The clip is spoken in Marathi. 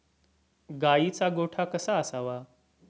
गाईचा गोठा कसा असावा?